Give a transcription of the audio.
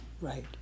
Right